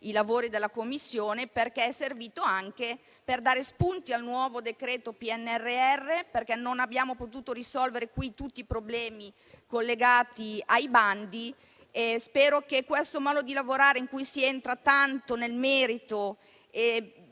i lavori della Commissione. Ciò è servito, infatti, anche per dare spunti al nuovo decreto PNRR, dal momento che non abbiamo potuto risolvere qui tutti i problemi collegati ai bandi. Spero che questo modo di lavorare, in cui si entra tanto nel merito